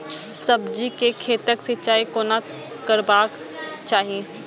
सब्जी के खेतक सिंचाई कोना करबाक चाहि?